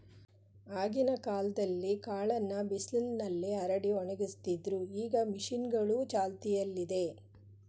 ಆಗಿನ ಕಾಲ್ದಲ್ಲೀ ಕಾಳನ್ನ ಬಿಸಿಲ್ನಲ್ಲಿ ಹರಡಿ ಒಣಗಿಸ್ತಿದ್ರು ಈಗ ಮಷೀನ್ಗಳೂ ಚಾಲ್ತಿಯಲ್ಲಿದೆ